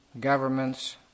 governments